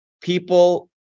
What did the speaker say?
people